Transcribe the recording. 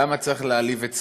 למה צריך להעליב את שפתם?